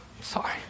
Sorry